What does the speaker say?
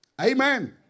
Amen